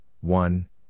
one